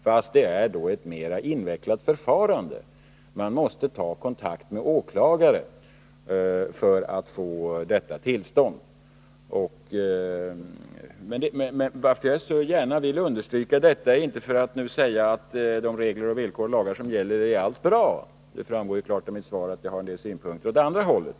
Förfarandet då är dock mera invecklat, eftersom man måste ta kontakt med en åklagare för att denne skall besluta om kroppsbesiktning. Anledningen till att jag så gärna vill understryka detta är inte att jag därmed vill säga att allt är bra med de regler, villkor och lagar som nu gäller. Det framgår klart av mitt svar att jag har en del sympatier åt det andra hållet.